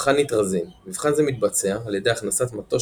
מבחן ניטרזין - מבחן זה מתבצע על ידי הכנסת מטוש